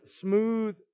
smooth